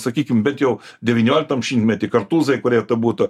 sakykim bent jau devynioliktam šimtmety kartūzai kurie būtų